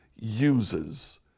uses